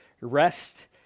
rest